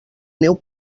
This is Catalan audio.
neu